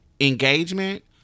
engagement